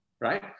right